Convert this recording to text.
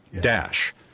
Dash